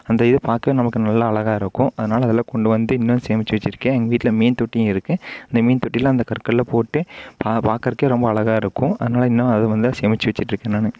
அதையே பார்க்க நமக்கு நல்லா அழகாக இருக்கும் அதனால் அதெல்லாம் கொண்டு வந்து இன்னும் சேமிச்சு வச்சுருக்கேன் எங்கள் வீட்டில் மீன் தொட்டியும் இருக்கு அந்த மீன் தொட்டில அந்த கற்களை போட்டு பார்க்கறக்கே ரொம்ப அழகாக இருக்கும் அதனால் இன்னும் அதை வந்து சேமிச்சு வச்சுட்டுருக்கேன் நான்